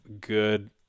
good